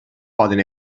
poden